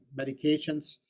medications